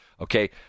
Okay